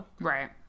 Right